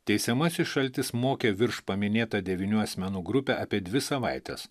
teisiamasis šaltis mokė virš paminėta devynių asmenų grupė apie dvi savaites